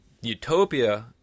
Utopia